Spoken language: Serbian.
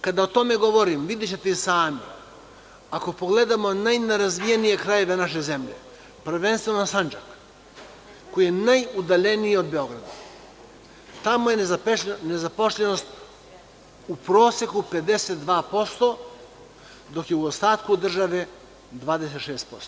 Kada o tome govorim, a videćete i sami, ako pogledamo najnerazvijenije krajeve naše, prvenstveno Sandžak, koji je najudaljeniji od Beograda, tamo je nezaposlenost u proseku 52%, dok je u ostatku države 26%